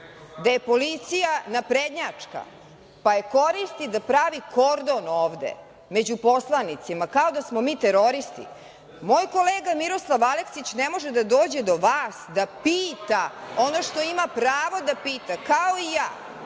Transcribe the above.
da je policija naprednjačka, pa je koristi da pravi kordon ovde među poslanicima, kao da smo mi teroristi, moj kolega Miroslav Aleksić ne može da dođe do vas da pita ono što ima pravo da pita, kao i ja.